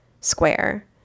square